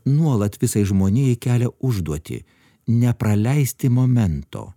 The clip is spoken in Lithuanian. nuolat visai žmonijai kelia užduotį nepraleisti momento